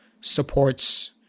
supports